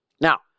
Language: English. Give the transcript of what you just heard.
Now